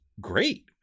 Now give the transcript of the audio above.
great